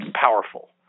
powerful